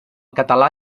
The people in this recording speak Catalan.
català